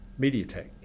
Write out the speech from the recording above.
MediaTek